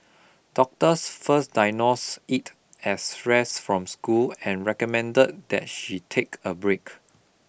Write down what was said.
doctors first diagnosed it as stress from school and recommended that she take a break